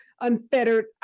unfettered